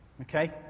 Okay